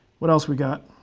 what else we got?